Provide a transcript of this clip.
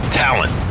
talent